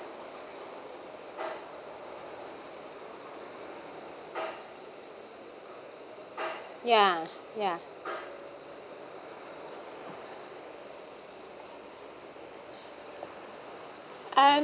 ya ya uh